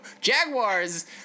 Jaguars